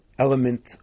element